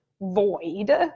void